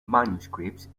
manuscripts